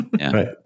right